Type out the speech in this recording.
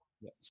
yes